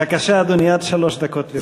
בבקשה, אדוני, עד שלוש דקות לרשותך.